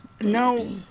No